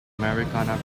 americana